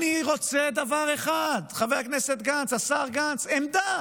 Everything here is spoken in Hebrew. אני רוצה דבר אחד, חבר הכנסת גנץ, השר גנץ: עמדה,